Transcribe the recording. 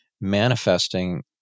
manifesting